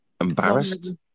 embarrassed